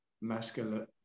masculine